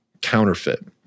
counterfeit